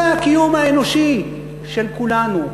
זה הקיום האנושי של כולנו.